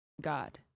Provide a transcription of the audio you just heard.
God